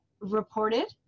reported